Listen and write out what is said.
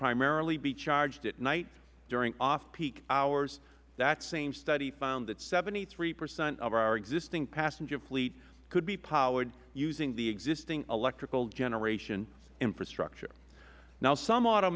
primarily be charged at night during off peak hours that same study found that seventy three percent of our existing passenger fleet could be powered using the existing electrical generation infrastructure now some